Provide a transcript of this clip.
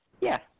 Yes